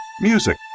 music